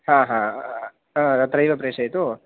हा हा हा तत्रैव प्रेषयतु